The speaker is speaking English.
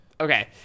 Okay